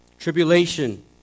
tribulation